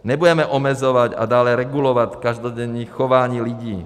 Nebudeme omezovat a dále regulovat každodenní chování lidí.